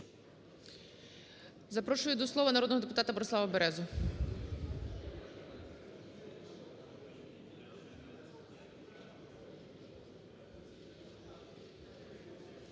Запрошую до слова народного депутата Борислава Березу.